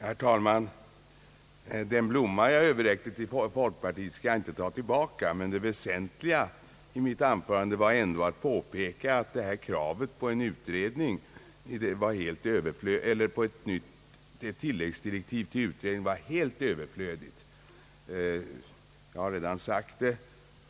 Herr talman! Den blomma som jag överräckte till folkpartiet skall jag inte ta tillbaka, men det väsentliga i mitt anförande var ändå påpekandet att kravet på ett tilläggsdirektiv till utredningen var helt överflödigt. Jag har sagt det redan förut.